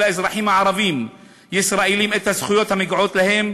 לאזרחים הערבים הישראלים את הזכויות המגיעות להם